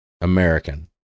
American